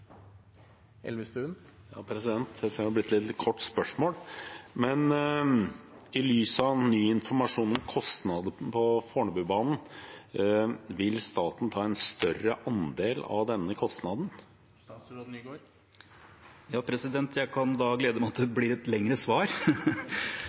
men: «I lys av den nye informasjonen om kostnadene på Fornebubanen – vil staten ta en større andel av denne kostnaden?» Jeg kan glede representanten med at det